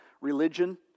religion